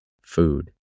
Food